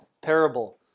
parable